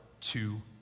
two